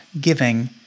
giving